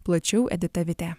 plačiau edita vitė